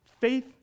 Faith